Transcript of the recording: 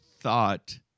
thought